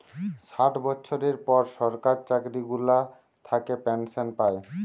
ষাট বছরের পর সরকার চাকরি গুলা থাকে পেনসন পায়